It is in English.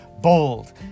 Bold